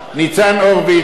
ניצן הורוביץ,